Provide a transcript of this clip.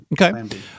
Okay